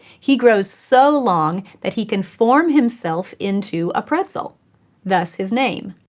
he grows so long that he can form himself into a pretzel thus, his name.